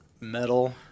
metal